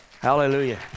Hallelujah